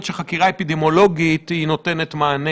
עם החולה והמיקום שבו התקיים אותו מגע.